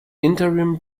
interim